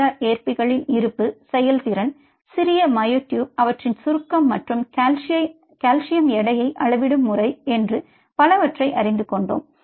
PR ஏற்பிகளின் இருப்பு செயல் திறன் சிறிய மயோட்யூப் அவற்றின் சுருக்கம் மற்றும் கால்சியம் எடையை அளவிடும் முறை என்று பலவற்றை அறிந்து கொண்டோம்